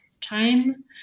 time